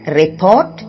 report